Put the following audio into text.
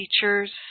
teachers